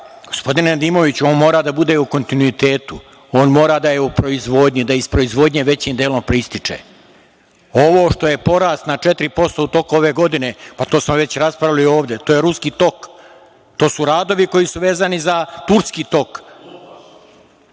gospodine Nedimoviću, on mora da bude u kontinuitetu. On mora da je u proizvodnji, da iz proizvodnje većim delom proističe. Ovo što je porast na 4% u toku ove godine, pa to smo već raspravljali ovde, to je Ruski tok, to su radovi koji su vezani za Turski